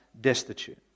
destitute